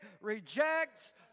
rejects